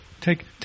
Take